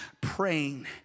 praying